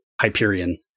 Hyperion